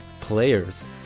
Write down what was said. players